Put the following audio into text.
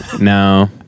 no